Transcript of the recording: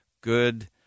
good